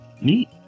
Neat